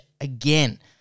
again